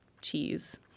cheese